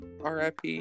RIP